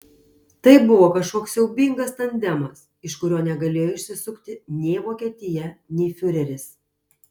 tai buvo kažkoks siaubingas tandemas iš kurio negalėjo išsisukti nei vokietija nei fiureris